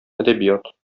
әдәбият